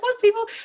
people